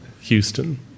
Houston